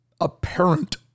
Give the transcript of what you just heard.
apparent